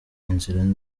inzira